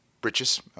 britches